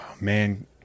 Man